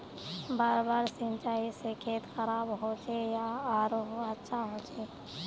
बार बार सिंचाई से खेत खराब होचे या आरोहो अच्छा होचए?